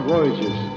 voyages